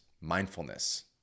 mindfulness